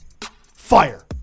fire